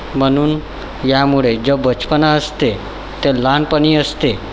म्हणून यामुळे जो बचपना असते ते लहानपणी असते